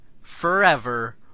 Forever